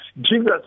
Jesus